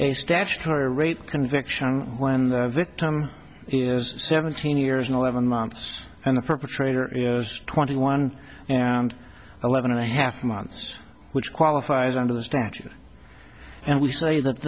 a statutory rape conviction when the victim is seventeen years eleven months and the perpetrator is twenty one and eleven and a half months which qualifies under the statute and we say that